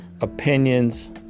opinions